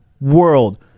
world